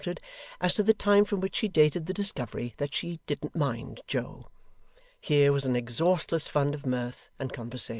as to the time from which she dated the discovery that she didn't mind joe here was an exhaustless fund of mirth and conversation.